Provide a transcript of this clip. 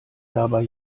dabei